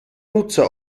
nutzer